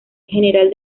general